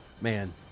man